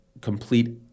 complete